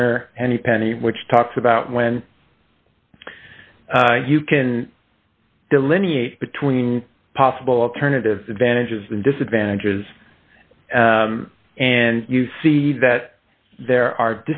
winner henny penny which talks about when you can delineate between possible alternatives advantages and disadvantages and you see that there are